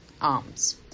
arms